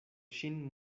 ŝin